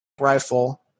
rifle